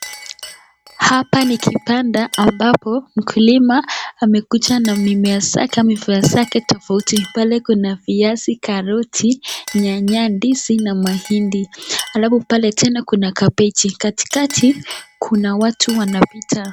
Hapa ni kibanda ambapo mkulima amekuja na mimea zake tofauti. Pale kuna viazi ,karoti ,nyanya ,ndizi na mahindi alafu pale tena kuna kabeji. Katikati kuna watu wanapita.